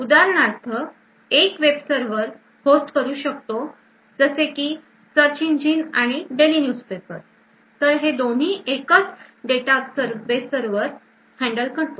उदाहरणार्थ एक web server host करू शकतो जसे की search engine आणि daily newspaper तर हे दोन्ही एकच database server handle करतो